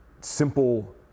simple